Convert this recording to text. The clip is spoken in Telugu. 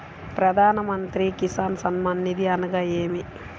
ప్రధాన మంత్రి కిసాన్ సన్మాన్ నిధి అనగా ఏమి?